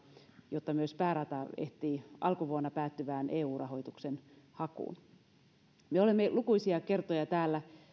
jotta myös päärata ehtii alkuvuonna päättyvään eu rahoituksen hakuun me olemme lukuisia kertoja täällä